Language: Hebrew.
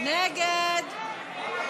הסתייגות?